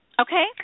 okay